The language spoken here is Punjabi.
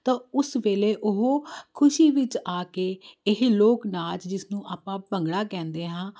ਤਾਂ ਉਸ ਵੇਲੇ ਉਹ ਖੁਸ਼ੀ ਵਿੱਚ ਆ ਕੇ ਇਹ ਲੋਕ ਨਾਚ ਜਿਸ ਨੂੰ ਆਪਾਂ ਭੰਗੜਾ ਕਹਿੰਦੇ ਹਾਂ